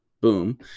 boom